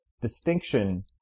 distinction